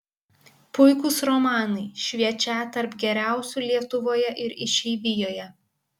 puikūs romanai šviečią tarp geriausių lietuvoje ir išeivijoje